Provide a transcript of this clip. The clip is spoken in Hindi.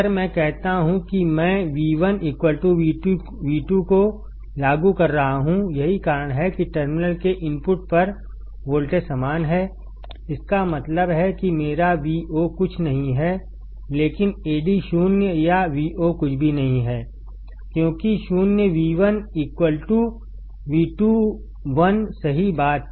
अगर मैं कहता हूं कि मैं V1 V2 कोलागू कर रहा हूं यही कारण है कि टर्मिनल के इनपुट पर वोल्टेज समान है इसका मतलब है कि मेरा Vo कुछ नहीं है लेकिनAd0 या Vo कुछ भी नहीं है क्योंकि 0 V1 V2सही बात